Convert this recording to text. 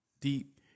deep